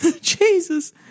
Jesus